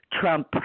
trump